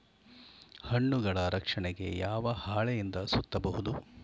ಹಣ್ಣುಗಳ ರಕ್ಷಣೆಗೆ ಯಾವ ಹಾಳೆಯಿಂದ ಸುತ್ತಬಹುದು?